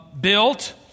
built